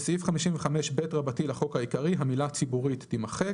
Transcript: בסעיף 55ב לחוק העיקרי, המילה "ציבורית" תימחק."